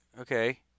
okay